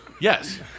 Yes